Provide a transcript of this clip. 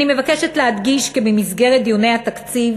אני מבקשת להדגיש כי במסגרת דיוני התקציב